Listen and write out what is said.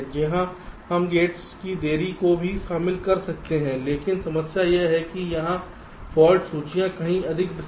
यहां हम गेट्स की देरी को भी शामिल कर सकते हैं लेकिन समस्या यह है कि यहां फाल्ट सूचियां कहीं अधिक विस्तृत हैं